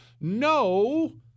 no